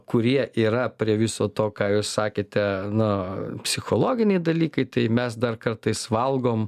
kurie yra prie viso to ką jūs sakėte na psichologiniai dalykai tai mes dar kartais valgom